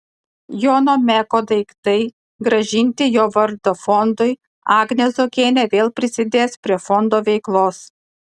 jono meko daiktai grąžinti jo vardo fondui agnė zuokienė vėl prisidės prie fondo veiklos